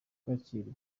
kacyiru